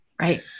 Right